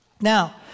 Now